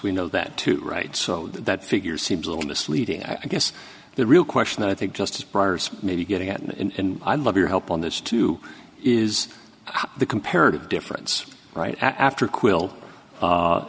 we know that too right so that figure seems a little misleading i guess the real question i think justice breyer's maybe getting at in i love your help on this too is the comparative difference right after quill